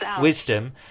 wisdom